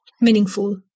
meaningful